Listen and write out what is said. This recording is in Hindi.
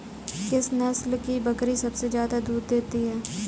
किस नस्ल की बकरी सबसे ज्यादा दूध देती है?